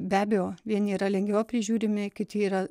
be abejo vieni yra lengviau prižiūrimi kiti yra